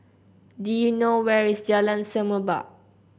do you know where is Jalan Semerbak